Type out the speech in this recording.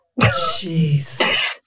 Jeez